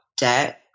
debt